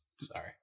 Sorry